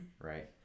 right